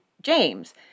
James